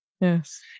Yes